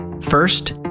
First